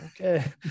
okay